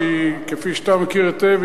שכפי שאתה מכיר היטב,